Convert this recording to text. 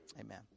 Amen